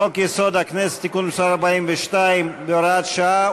חוק-יסוד: הכנסת (תיקון מס' 42 והוראת שעה),